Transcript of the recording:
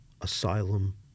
asylum